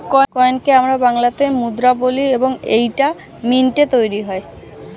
কয়েনকে আমরা বাংলাতে মুদ্রা বলি এবং এইটা মিন্টে তৈরী হয়